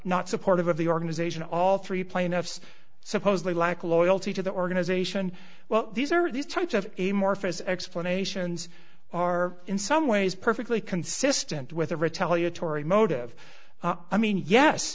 not supportive of the organization all three plaintiffs supposedly lack loyalty to the organization well these are these types of a morpheus explanations are in some ways perfectly consistent with a retaliatory motive i mean yes